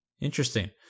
Interesting